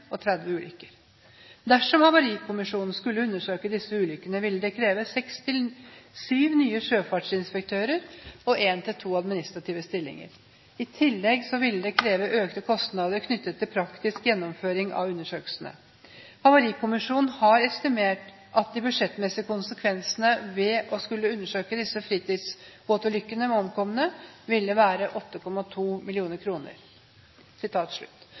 og 30 ulykker. Dersom SHT skulle undersøke disse ulykkene, ville det kreve 6-7 nye sjøfartsinspektører og 1-2 administrative stillinger. I tillegg ville det kreve økte kostnader knyttet til praktisk gjennomføring av undersøkelsene. SHT har estimert at de budsjettmessige konsekvensene av å skulle undersøke fritidsbåtulykker med omkomne, vil være 8,2 mill. kroner